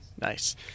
Nice